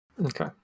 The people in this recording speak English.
Okay